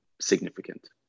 significant